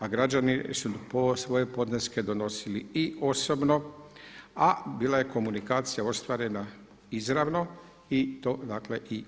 A građani su svoje podneske donosili i osobno, a bila je komunikacija ostvarena izravno i to dakle i